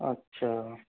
अच्छा